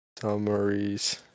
summaries